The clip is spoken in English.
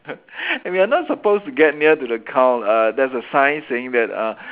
we are not supposed to get near to the cow uh there's a sign saying that uh